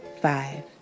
five